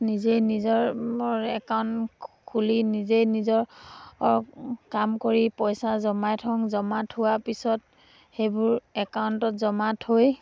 নিজেই নিজৰ একাউণ্ট খুলি নিজেই নিজৰ কাম কৰি পইচা জমাই থওঁ জমা থোৱা পিছত সেইবোৰ একাউণ্টত জমা থৈ